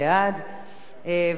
אנחנו עוברים לנושא הבא בסדר-היום: